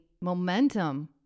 momentum